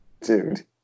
Dude